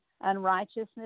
unrighteousness